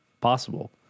possible